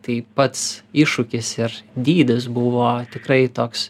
tai pats iššūkis ir dydis buvo tikrai toks